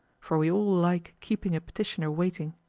for we all like keeping a petitioner waiting.